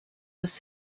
was